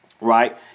Right